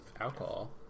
alcohol